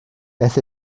beth